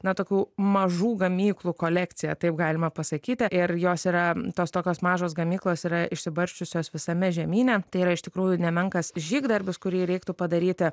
na tokių mažų gamyklų kolekcija taip galima pasakyti ir jos yra tos tokios mažos gamyklos yra išsibarsčiusios visame žemyne tai yra iš tikrųjų nemenkas žygdarbis kurį reiktų padaryti